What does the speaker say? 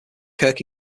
kirk